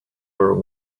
were